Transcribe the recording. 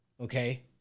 Okay